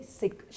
sick